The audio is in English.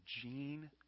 Gene